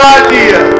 idea